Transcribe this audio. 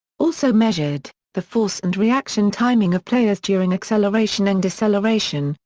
also measured, the force and reaction timing of players during acceleration and deceleration,